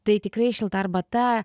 tai tikrai šilta arbata